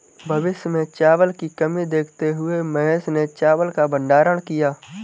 भविष्य में चावल की कमी देखते हुए महेश ने चावल का भंडारण किया